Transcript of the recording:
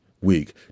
week